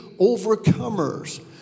overcomers